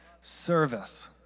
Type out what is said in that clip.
service